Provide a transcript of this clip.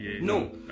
No